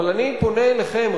אבל אני פונה אליכם,